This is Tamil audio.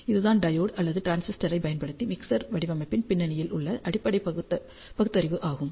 இது தான் டையோடு அல்லது டிரான்சிஸ்டரைப் பயன்படுத்தி மிக்சர் வடிவமைப்பின் பின்னணியில் உள்ள அடிப்படை பகுத்தறிவு ஆகும்